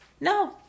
No